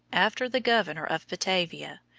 after the governor of batavia,